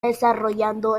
desarrollando